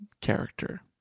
character